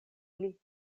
ili